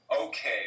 okay